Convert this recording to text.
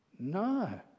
No